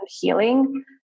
healing